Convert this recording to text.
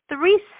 three